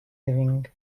living